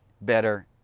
better